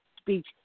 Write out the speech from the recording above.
speech